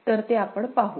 तर ते पाहू